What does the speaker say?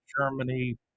Germany